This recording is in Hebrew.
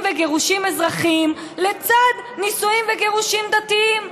וגירושים אזרחיים לצד נישואים וגירושים דתיים,